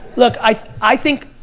look, i i think,